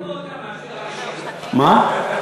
אתה מאשים אנשים, מה?